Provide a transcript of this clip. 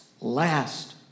last